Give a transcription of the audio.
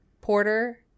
Porter